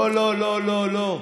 38 מנדטים, לא, לא, לא, לא.